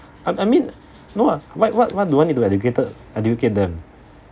I I mean no ah why why why do I need to educated educate them